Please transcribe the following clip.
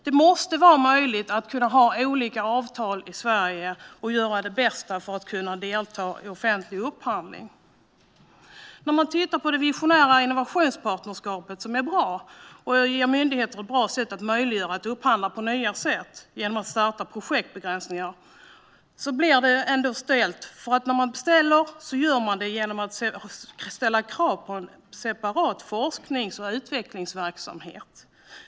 Det måste vara möjligt att ha olika avtal i Sverige och att göra det bästa för att man ska kunna delta i offentlig upphandling. Man kan titta på det visionära innovationspartnerskapet, som innebär att myndigheter på ett bra sätt har möjlighet att upphandla på nya sätt genom att starta projekt. Då blir det ändå begränsningar. För när man beställer ställer man krav på en separat forsknings och utvecklingsverksamhet.